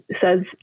says